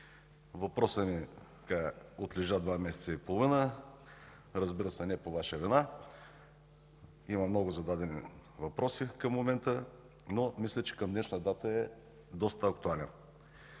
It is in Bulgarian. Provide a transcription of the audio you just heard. Въпросът ми отлежа два месеца и половина, разбира се, не по Ваша вина. Към момента има много зададени въпроси, но мисля, че към днешна дата е доста актуален.